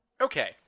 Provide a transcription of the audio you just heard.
Okay